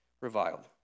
reviled